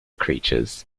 creatures